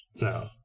No